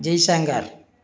Jaishankar